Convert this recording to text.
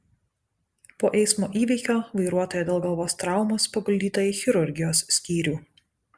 po eismo įvykio vairuotoja dėl galvos traumos paguldyta į chirurgijos skyrių